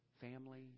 family